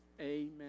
Amen